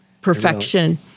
perfection